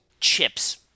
Chips